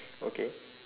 okay